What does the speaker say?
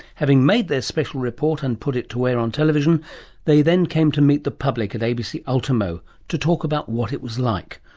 having made their special report and put it to air on television they then came to meet the public at abc ultimo to talk about what it was like.